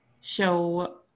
show